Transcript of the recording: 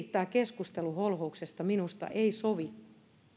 tämä keskustelu holhouksesta minusta ei sovi